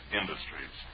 industries